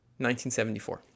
1974